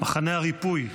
מחנה הריפוי.